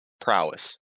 prowess